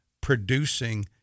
producing